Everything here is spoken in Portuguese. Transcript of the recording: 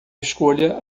escolha